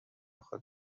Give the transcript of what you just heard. خود